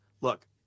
look